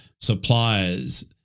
suppliers